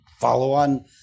follow-on